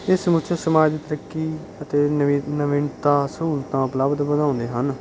ਇਹ ਸਮੁੱਚੇ ਸਮਾਜ ਉੱਤੇ ਕੀ ਅਤੇ ਨਵੇਂ ਨਵੇਂ ਦਾਅ ਸਹੂਲਤਾਂ ਉਪਲੱਬਧ ਬਣਾਉਂਦੇ ਹਨ